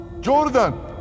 Jordan